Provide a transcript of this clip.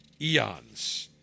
eons